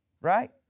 right